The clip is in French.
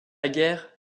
guerre